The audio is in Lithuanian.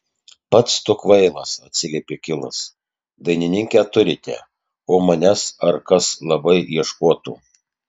pats tu kvailas atsiliepė kilas dainininkę turite o manęs ar kas labai ieškotų